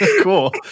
cool